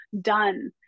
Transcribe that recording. done